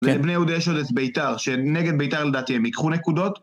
לבני יהודה יש עוד את ביתר, שנגד ביתר לדעתי הם ייקחו נקודות